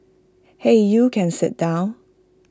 hey you can sit down